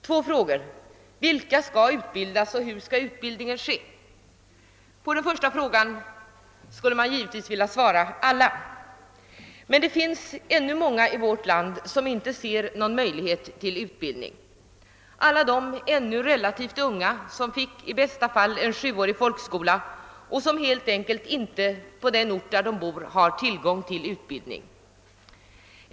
Två frågor: Vilka skall utbildas och hur skall utbildningens ske? På den första frågan skulle man givetvis vilja svara: Alla. Men det finns ännu många i vårt land som inte ser någon möjlighet till utbildning. Detta gäller alla de ännu relativt unga som i bästa fall fick en sjuårig folkskola och som helt enkelt på den ort där de bor inte har tillgång till utbildning.